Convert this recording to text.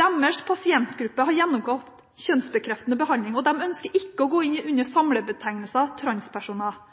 Deres pasientgruppe har gjennomgått kjønnsbekreftende behandling, og de ønsker ikke å gå inn under samlebetegnelsen transpersoner. Bakgrunnen for dette er at mange i